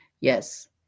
yes